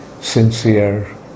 sincere